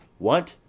what,